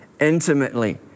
intimately